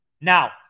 Now